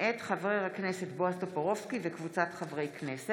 מאת חברי הכנסת בועז טופורובסקי, יאיר לפיד,